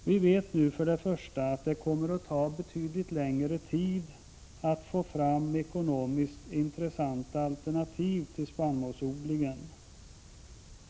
Vi vet nu att det för det första kommer att ta betydligt längre tid att få fram ekonomiskt intressanta alternativ till spannmålsodlingen.